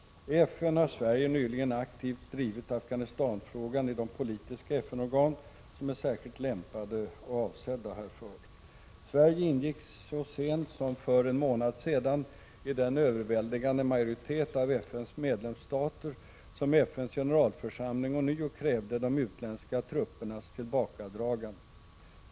I FN har Sverige synnerligen aktivt drivit Afghanistanfrågan i de politiska FN-organ som är särskilt lämpade och avsedda härför. Sverige ingick så sent som för en månad sedan i den överväldigande majoritet av FN:s medlemsstater som i FN:s generalförsamling ånyo krävde de utländska truppernas tillbakadragande.